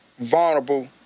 vulnerable